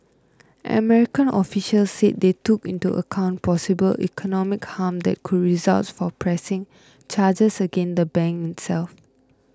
American officials said they took into account possible economic harm that could result from pressing charges against the bank itself